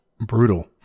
brutal